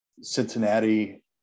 Cincinnati